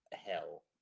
hell